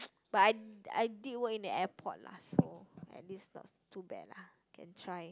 but I I did work in the airport lah so at least not too bad lah can try